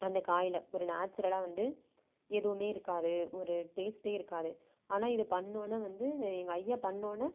அந்த காய்ல ஒரு நேச்சுரலாக வந்து எதுவுமே இருக்காது ஒரு டேஸ்ட்டே இருக்காது ஆனால் இதை பண்ணோடன வந்து எங்கள் ஐயா பண்ணோடன